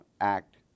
Act